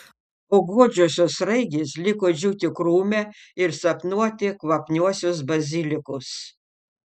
o godžiosios sraigės liko džiūti krūme ir sapnuoti kvapniuosius bazilikus